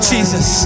Jesus